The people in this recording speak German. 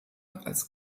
als